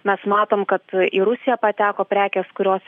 mes matom kad į rusiją pateko prekės kurios